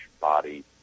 body